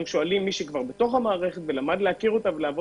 אנחנו שואלים מישהו שכבר בתוך המערכת ולמד להכיר אותה מה,